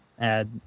add